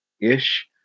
ish